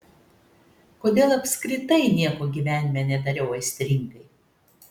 kodėl apskritai nieko gyvenime nedariau aistringai